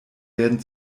werden